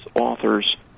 authors